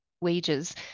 wages